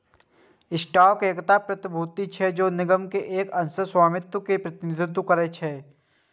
stock एकटा प्रतिभूति छियै, जे निगम के एक अंशक स्वामित्व के प्रतिनिधित्व करै छै